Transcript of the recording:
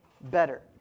better